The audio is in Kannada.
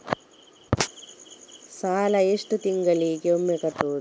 ಸಾಲ ಎಷ್ಟು ತಿಂಗಳಿಗೆ ಒಮ್ಮೆ ಕಟ್ಟುವುದು?